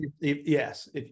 yes